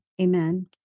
Amen